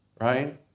Right